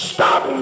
Stop